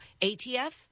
ATF